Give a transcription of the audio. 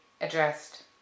addressed